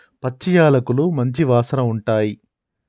పచ్చి యాలకులు మంచి వాసన ఉంటాయి